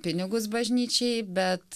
pinigus bažnyčiai bet